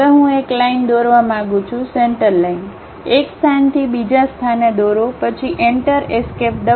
હવે હું એક લાઈન દોરવા માંગુ છું સેન્ટરલાઇન એક સ્થાનથી બીજા સ્થાને દોરો પછી એન્ટર એસ્કેપ દબાવો